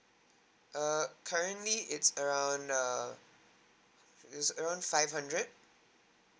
err currently it's around err it's around five hundred